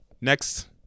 next